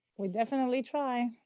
we definitely try.